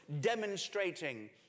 demonstrating